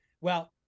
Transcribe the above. Well-